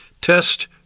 Test